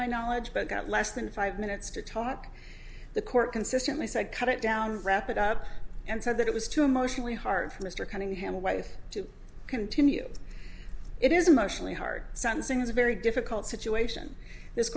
my knowledge but got less than five minutes to talk the court consistently said cut it down wrap it up and said that it was too emotionally hard for mr cunningham a way to continue it is emotionally hard sentencing is very difficult situation this